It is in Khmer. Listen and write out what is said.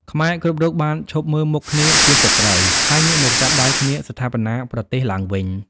ខ្មែរគ្រប់រូបបានឈប់មើលមុខគ្នាជាសត្រូវ ហើយងាកមកចាប់ដៃគ្នាស្ថាបនាប្រទេសឡើងវិញ។